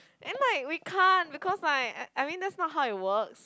then like we can't because like I I mean that's not how it works